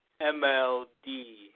MLD